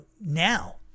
now